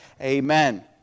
Amen